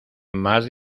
más